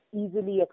easily